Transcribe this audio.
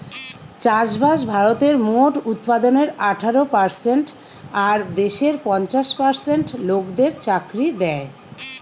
চাষবাস ভারতের মোট উৎপাদনের আঠারো পারসেন্ট আর দেশের পঞ্চাশ পার্সেন্ট লোকদের চাকরি দ্যায়